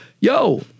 Yo